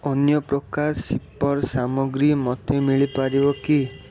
ଅନ୍ୟ ପ୍ରକାର ସିପର୍ ସାମଗ୍ରୀ ମୋତେ ମିଳିପାରିବେ କି